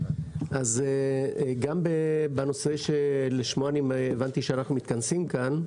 גם בנושא שלשמו אנחנו מתכנסים כאן,